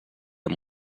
amb